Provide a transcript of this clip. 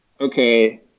okay